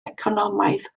economaidd